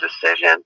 decision